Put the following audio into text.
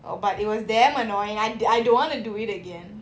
oh but it was damn annoying I I don't want to do it again